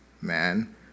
man